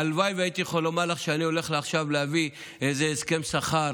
הלוואי שהייתי יכול לומר לך שאני הולך עכשיו להביא איזה הסכם שכר